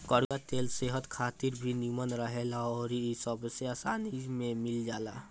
कड़ुआ तेल सेहत खातिर भी निमन रहेला अउरी इ सबसे आसानी में मिल जाला